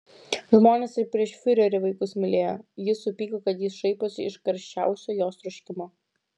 žmonės ir prieš fiurerį vaikus mylėjo ji supyko kad jis šaiposi iš karščiausio jos troškimo